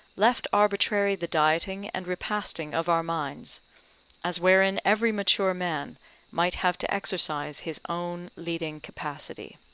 left arbitrary the dieting and repasting of our minds as wherein every mature man might have to exercise his own leading capacity.